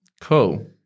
Cool